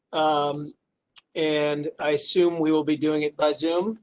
um and i assume we will be doing it by zoom